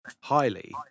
highly